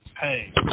hey